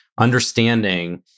understanding